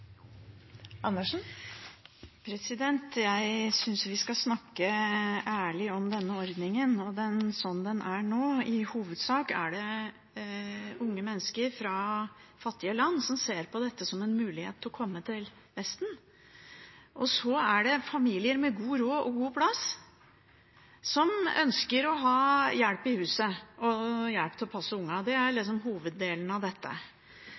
er det i hovedsak unge mennesker fra fattige land som ser på dette som en mulighet til å komme til Vesten, og det er familier med god råd og god plass som ønsker å ha hjelp i huset og hjelp til å passe ungene. Det er hoveddelen av dette.